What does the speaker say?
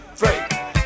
three